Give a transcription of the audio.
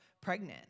pregnant